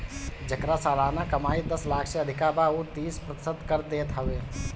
जेकर सलाना कमाई दस लाख से अधिका बा उ तीस प्रतिशत कर देत हवे